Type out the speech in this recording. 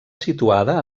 situada